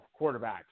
quarterbacks